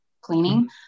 cleaning